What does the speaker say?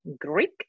Greek